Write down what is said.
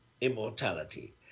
immortality